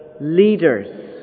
leaders